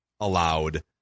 allowed